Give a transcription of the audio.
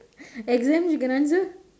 exams you can answer